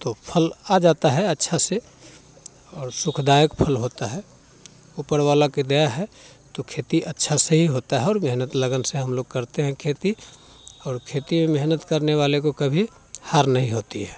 तो फल आ जाता है अच्छा से और सुखदायक फल होता है ऊपर वाला की दया है तो खेती अच्छा से ही होता है और मेहनत लगन से हम लोग करते हैं खेती और खेती में मेहनत करने वाले को कभी हार नहीं होती है